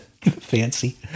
Fancy